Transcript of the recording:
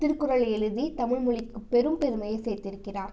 திருக்குறளை எழுதி தமிழ்மொழிக்கு பெரும் பெருமையை சேர்த்திருக்கிறார்